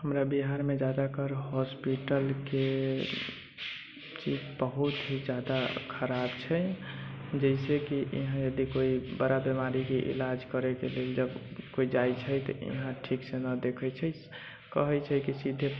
हमरा बिहारमे ज्यादातर हॉस्पिटलके स्थिति बहुत ही ज्यादा खराब छै जैसेकि इहाँ यदि कोइ बड़ा बीमारीके इलाज करयके लेल जब कोइ जाइ छै तब यहाँ ठीकसँ ना देखै छै कहै छै कि सीधे